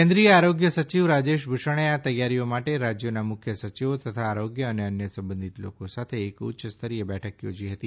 કેન્દ્રિય આરોગ્ય સચિવ રાજેશ ભૂષણે આ તૈયારીઓ માટે રાજ્યોના મુખ્ય સચિવો તથા આરોગ્ય અને અન્ય સંબંધિત લોકો સાથે એક ઉચ્ય સ્તરીય બેઠક યોજી હતી